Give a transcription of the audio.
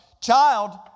child